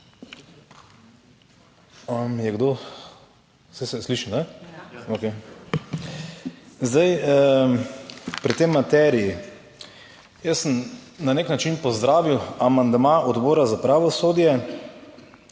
pri tej materiji, jaz sem na nek način pozdravil amandma Odbora za pravosodje,